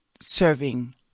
serving